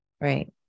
Right